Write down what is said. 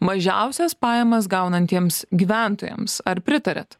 mažiausias pajamas gaunantiems gyventojams ar pritariat